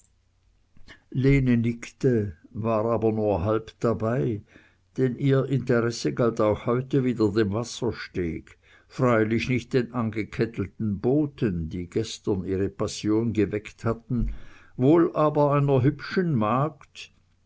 lene nickte war aber nur halb dabei denn ihr interesse galt auch heute wieder dem wassersteg freilich nicht den angekettelten booten die gestern ihre passion geweckt hatten wohl aber einer hübschen magd